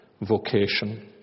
vocation